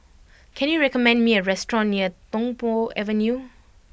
can you recommend me a restaurant near Tung Po Avenue